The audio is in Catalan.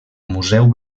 museu